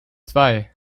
zwei